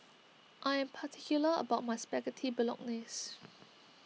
I am particular about my Spaghetti Bolognese